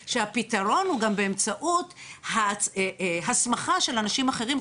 הוא גם באמצעות הסמכה של אנשים אחרים,